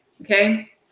okay